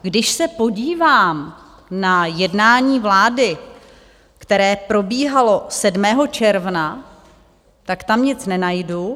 Když se podívám na jednání vlády, které probíhalo 7. června, tak tam nic nenajdu.